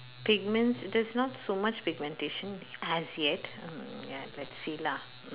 pigments there's not so much pigmentation as yet uh ya let's see lah mm